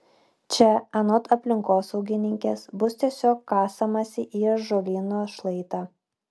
čia anot aplinkosaugininkės bus tiesiog kasamasi į ąžuolyno šlaitą